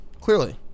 Clearly